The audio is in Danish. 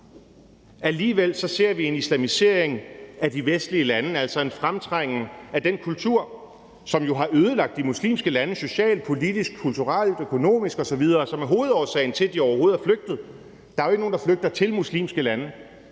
alligevel ser vi en islamisering af de vestlige lande, altså en fremtrængen af den kultur, som jo har ødelagt de muslimske lande socialt, politisk, kulturelt, økonomisk osv., som er hovedårsagen til, at de overhovedet er flygtet. Der er jo ikke nogen, der flygter til muslimske lande,